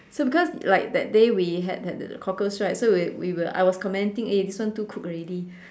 so because like that day we had had cockles right so we we will I was commenting eh this one too cooked already